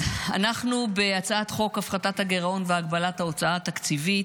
אז אנחנו בהצעת חוק הפחתת הגירעון והגבלת ההוצאה התקציבית.